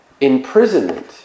imprisonment